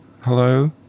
Hello